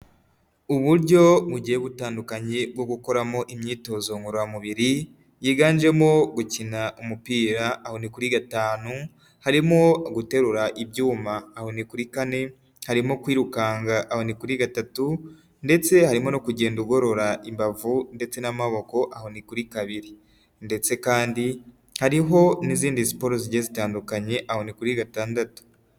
Uburyo bugiye butandukanye bwo gukoramo imyitozo ngororamubiri, yiganjemo gukina umupira aho ni kuri gatanu, harimo guterura ibyuma aho ni kuri kane, harimo kwirukanka aho ni kuri gatatu ndetse harimo no kugenda ugorora imbavu ndetse n'amaboko aho ni kuri kabiri ndetse kandi hariho n'izindi siporo zigiye zitandukanye aho ni kuri gatandatu.